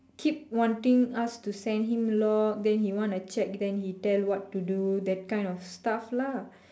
keep wanting us to send him log then he want to check then he tell what to do that kind of stuff lah